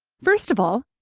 first of all,